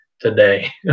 today